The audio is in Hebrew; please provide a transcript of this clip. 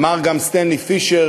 אמר גם סטנלי פישר